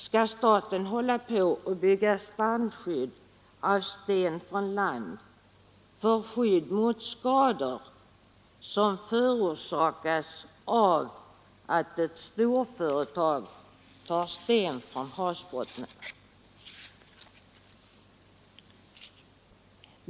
Skall staten hålla på att bygga strandskydd av sten från land för skydd mot skador som förorsakas av att ett storföretag tar sten från havsbotten?